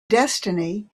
destiny